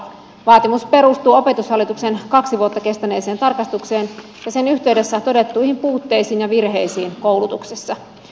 vaatimus perustuu opetushallituksen kaksi vuotta kestäneeseen tarkastukseen ja sen yhteydessä todettuihin puutteisiin ja virheisiin koulutuksessa